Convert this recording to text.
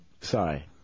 Sorry